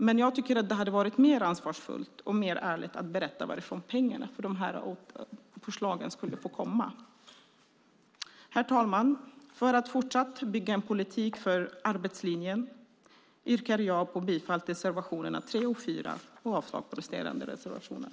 Men jag tycker att det hade varit mer ansvarsfullt och ärligare att berätta varifrån pengarna till förslagen skulle komma. Herr talman! För att fortsatt bygga en politik för arbetslinjen yrkar jag bifall till reservationerna 3 och 4 och avslag på resterande reservationer.